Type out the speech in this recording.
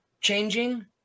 changing